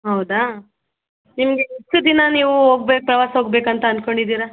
ಹೌದಾ ನಿಮಗೆ ಎಷ್ಟು ದಿನ ನೀವು ಹೋಗ್ಬೇಕು ಪ್ರವಾಸ ಹೋಗಬೇಕು ಅಂತ ಅನ್ಕೊಂಡಿದ್ದೀರ